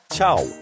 Ciao